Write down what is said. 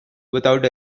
without